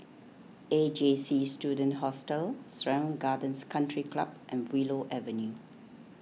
A J C Student Hostel Serangoon Gardens Country Club and Willow Avenue